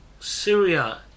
Syria